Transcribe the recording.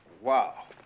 Wow